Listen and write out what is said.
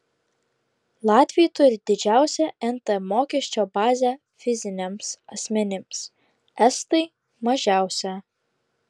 latviai turi didžiausią nt mokesčio bazę fiziniams asmenims estai mažiausią